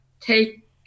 take